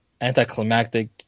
anticlimactic